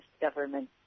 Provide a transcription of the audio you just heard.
government